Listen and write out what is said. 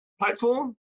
platform